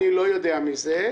אני לא יודע מזה.